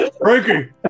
Frankie